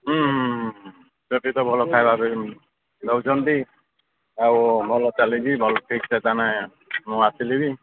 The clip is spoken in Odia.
ହୁଁ ହୁଁ ହୁଁ ସେଠି ତ ଭଲ ଖାଇବା ପାଇଁ ଦେଉଛନ୍ତି ଆଉ ଭଲ ଚାଲିଛି ଭଲ ଠିକ୍ ସେ ତାନେ ମୁଁ ଆସିଲିବି